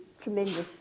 tremendous